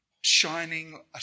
shining